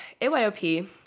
AYOP